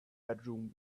bedroom